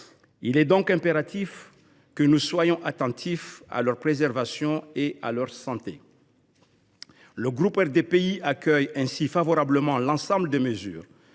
Il est donc impératif que nous soyons attentifs à la préservation des sols et à leur santé. Le groupe RDPI accueille favorablement l’ensemble des mesures